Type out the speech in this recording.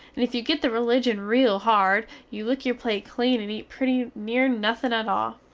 and if you get the religion rele hard you lick your plate clean and eat pretty near nothing at all.